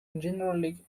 generally